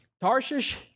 Tarshish